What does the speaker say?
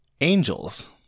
Angels